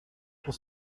pour